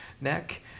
neck